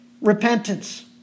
repentance